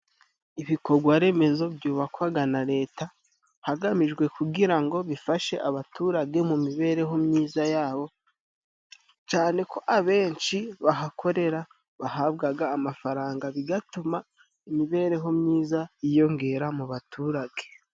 Ibikorwaremezo byubakwaga na leta hagamijwe kugira ngo bifashe abaturage mu mibereho myiza yabo, cane ko abenshi bahakorera bahabwaga amafaranga, bigatuma imibereho myiza yiyongera mu baturage.